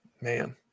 Man